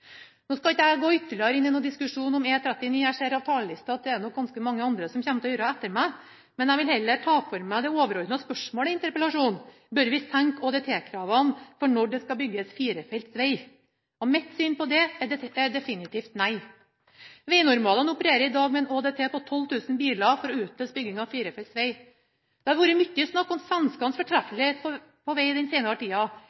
Nå skal ikke jeg gå ytterligere inn i en diskusjon om E39 – jeg ser av talerlisten at det er det ganske mange som kommer til å gjøre etter meg. Jeg vil heller ta for meg det overordnede spørsmålet i interpellasjonen: Bør vi senke ÅDT-kravene for når det skal bygges firefelts veg? Mitt syn er definitivt nei. Vegnormalen opererer i dag med en ÅDT på 12 000 biler for å utløse bygging av firefelts veg. Det har vært mye snakk om